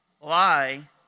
lie